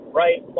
right